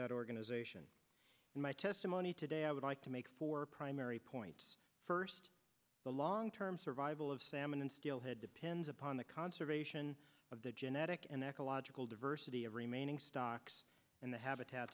that organization in my testimony today i would like to make four primary point first the long term survival of salmon and steelhead depends upon the conservation of the genetic and ecological diversity of remaining stocks in the habitat